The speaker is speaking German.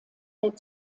der